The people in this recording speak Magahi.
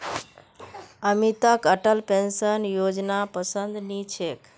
अमितक अटल पेंशन योजनापसंद नी छेक